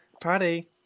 party